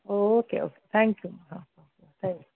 okay okay thank you हां thank you